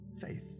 faith